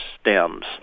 stems